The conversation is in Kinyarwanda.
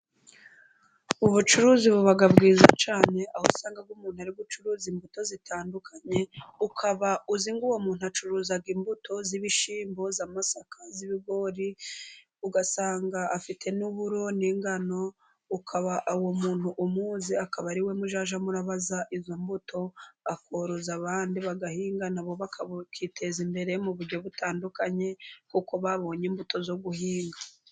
Ubucuruzi buba bwiza cyane, aho usanga umuntu arimo gucuruza imbuto zitandukanye, ukaba uzi ngo uwo muntu acuruza imbuto y'ibishimbo, iy'amasaka, iy'ibigori. Ugasanga afite uburo n'ingano ukaba uwo umuntu umuzi akaba ariwe muzajya murabaza izo mbuto, akoroza abandi bagahinga n'abo bakiteza imbere mu buryo butandukanye, kuko babonye imbuto zo guhinga.